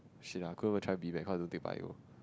shit lah I couldn't even try B med because I never take bio